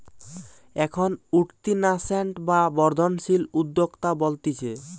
এখন উঠতি ন্যাসেন্ট বা বর্ধনশীল উদ্যোক্তা বলতিছে